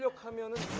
so come in